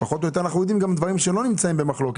פחות או יותר אנחנו יודעים גם על דברים שלא נמצאים במחלוקת.